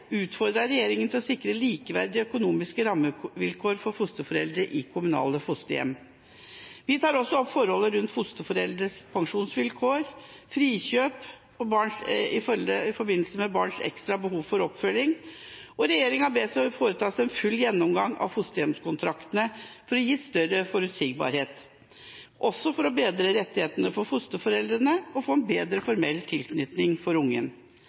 utfordrer regjeringen til å sikre likeverdige økonomiske rammevilkår for fosterforeldre i kommunale fosterhjem forholdet rundt fosterforeldres pensjonsvilkår, og frikjøp i forbindelse med barns ekstra behov for oppfølging at regjeringa bes foreta en full gjennomgang av fosterhjemskontraktene for å gi større forutsigbarhet, også for å bedre rettighetene for fosterforeldrene og få en bedre formell tilknytning for